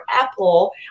Apple